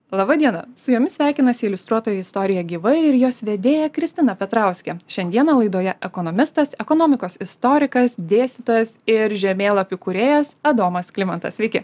laba diena su jumis sveikinasi iliustruotoji istorija gyvai ir jos vedėja kristina petrauskė šiandieną laidoje ekonomistas ekonomikos istorikas dėstytojas ir žemėlapių kūrėjas adomas klimantas sveiki